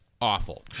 awful